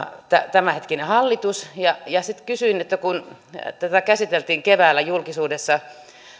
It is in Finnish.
tämänhetkinen hallitus sitten kysyin siitä että kun tätä heidän ohjelmaansa käsiteltiin keväällä julkisuudessa